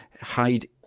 hide